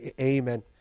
amen